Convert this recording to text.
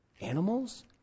animals